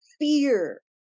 fear